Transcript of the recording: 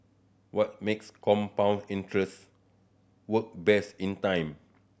what makes compound interest work best in time